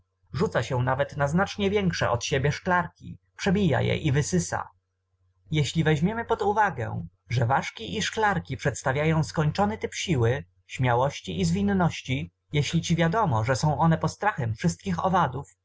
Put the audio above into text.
rzuca się nawet na znacznie większe od siebie szklarki przebija je i wysysa jeśli weźmiemy pod uwagę że ważki i szklarki przedstawiają skończony typ siły śmiałości i zwinności jeśli ci wiadomo że są one postrachem wszystkich owadów